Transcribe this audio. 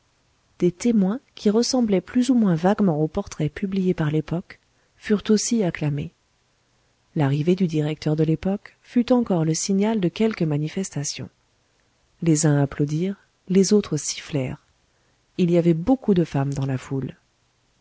des témoins qui ressemblaient plus ou moins vaguement au portrait publié par l'époque furent aussi acclamés l'arrivée du directeur de l'époque fut encore le signal de quelques manifestations les uns applaudirent les autres sifflèrent il y avait beaucoup de femmes dans la foule